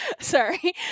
Sorry